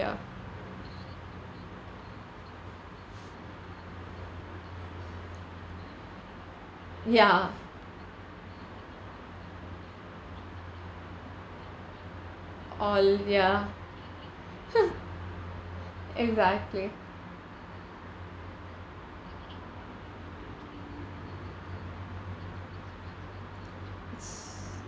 ya ya all ya exactly